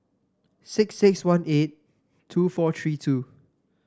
six six one eight two four three two